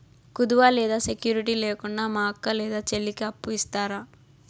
కుదువ లేదా సెక్యూరిటి లేకుండా మా అక్క లేదా చెల్లికి అప్పు ఇస్తారా?